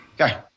Okay